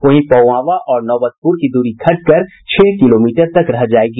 वहीं पोआवां और नौबतपुर की दूरी घट कर छह किलोमीटर तक रह जायेगी